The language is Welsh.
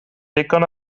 digon